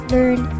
Learn